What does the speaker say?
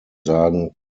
sagen